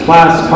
Class